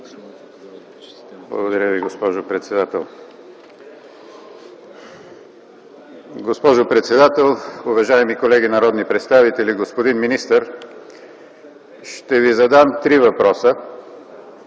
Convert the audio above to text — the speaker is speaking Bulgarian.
Благодаря Ви, госпожо председател. Госпожо председател, уважаеми колеги народни представители, господин министър! Ще Ви задам три въпроса.